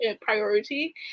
priority